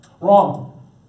Wrong